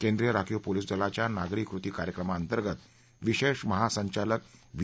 केंद्रीय राखीव पोलीस दलाच्या नागरी कृती कार्यक्रमाअंतर्गत विशेष महासंचालक व्ही